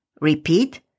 Repeat